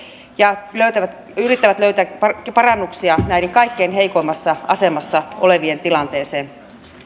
ja yrittävät löytää parannuksia näiden kaikkein heikoimmassa asemassa olevien tilanteeseen